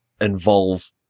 involve